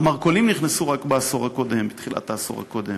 המרכולים נכנסו רק בתחילת העשור הקודם,